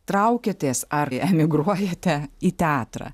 traukiatės ar emigruojate į teatrą